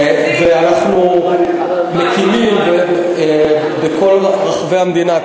אנחנו מקימים בכל רחבי המדינה,